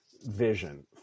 vision